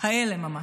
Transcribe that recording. האלה ממש,